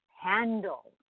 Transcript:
handle